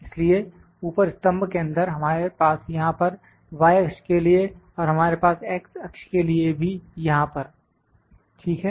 इसलिए ऊपर स्तंभ के अंदर हमारे पास यहां पर y अक्ष के लिए और हमारे पास x अक्ष के लिए भी यहां पर ठीक है